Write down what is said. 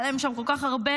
היה להם שם כל כך הרבה.